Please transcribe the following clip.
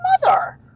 mother